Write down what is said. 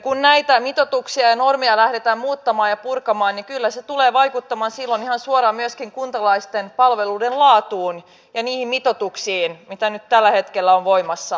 kun näitä mitoituksia ja normeja lähdetään muuttamaan ja purkamaan niin kyllä se tulee vaikuttamaan silloin ihan suoraan myöskin kuntalaisten palveluiden laatuun ja niihin mitoituksiin jotka nyt tällä hetkellä ovat voimassa